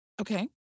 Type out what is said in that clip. Okay